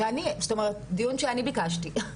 זאת אומרת דיון שאני ביקשתי.